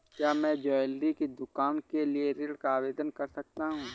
क्या मैं ज्वैलरी की दुकान के लिए ऋण का आवेदन कर सकता हूँ?